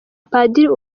padiri